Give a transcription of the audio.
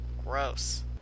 Gross